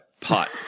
pot